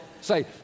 say